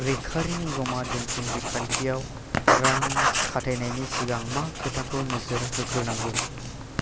recurring जमा दोन्थुम बिथांखियाव रां खाथायनायनि सिगां मा खोथाखौ नोजोर होग्रोनांगौ